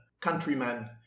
countrymen